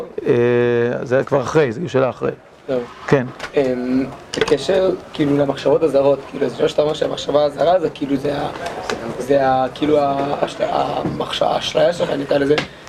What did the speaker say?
זה כבר אחרי, זו שאלה אחרי, כן. בקשר כאילו למחשבות הזרות, בסופו של דבר שהמחשבה הזרה זה כאילו זה ה.. זה ה.. כאילו האשליה שלך נקרא לזה.